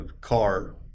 car